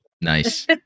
Nice